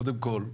קודם כל,